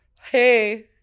hey